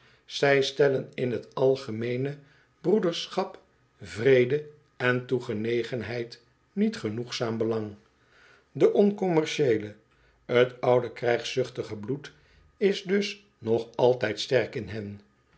zij stellen in algemeene broederschap vrede en toegenegenheid niet genoegzaam belang de oncommercieele t oude krijgszuchtige bloed is dus nog altijd sterk in hen